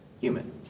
human